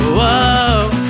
whoa